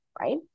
right